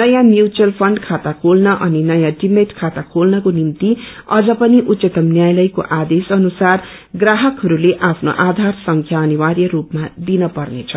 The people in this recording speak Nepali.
नयाँ म्पूचल फण्ड खाता खोल्न अनि नयाँ डिमेट खाता खोल्नको निम्ति अझ पनि उच्चतम न्यायालयको आदेश अनुसार ग्राहकहरूले आफ्नो आधार संख्या अनिवार्य रूपमा दिन पर्नेछ